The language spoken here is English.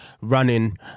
running